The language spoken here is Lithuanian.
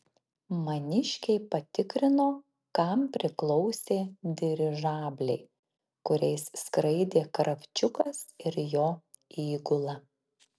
maniškiai patikrino kam priklausė dirižabliai kuriais skraidė kravčiukas ir jo įgula